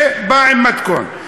שבא עם מתכון.